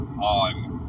on